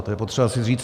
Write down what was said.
To je potřeba si říct.